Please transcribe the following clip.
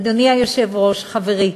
אדוני היושב-ראש, חברי,